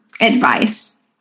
advice